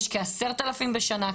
יש כ-10,000 כאלה בשנה,